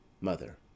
Mother